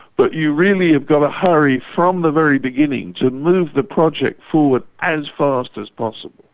but you really have got to hurry from the very beginning to move the project forward as fast as possible.